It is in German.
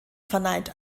verneint